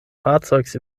fahrzeugs